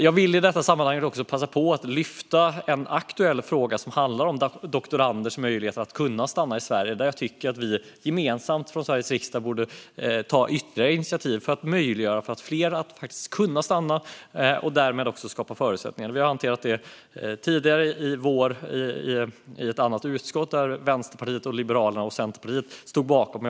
Jag vill i detta sammanhang passa på att lyfta fram en aktuell fråga som handlar om doktoranders möjligheter att stanna i Sverige. Jag tycker att vi gemensamt från Sveriges riksdag borde ta ytterligare initiativ för att möjliggöra för fler att stanna och därmed skapa förutsättningar. Vi har hanterat det tidigare i vår i ett annat utskott, där Vänsterpartiet, Liberalerna och Centerpartiet stod bakom det.